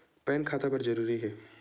Pan खाता बर जरूरी हे?